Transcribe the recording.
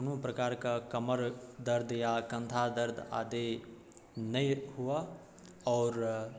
कोनो प्रकारके कमर दर्द या कन्धा दर्द आदि नहि हुअऽ आओर